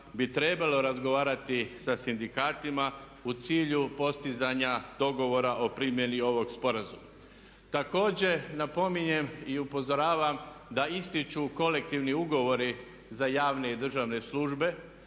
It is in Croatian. bi trebalo razgovarati sa sindikatima u cilju postizanja dogovora o primjeni ovog sporazuma. Također, napominjem i upozoravam da istječu kolektivni ugovori za javne i državne službe,